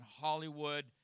Hollywood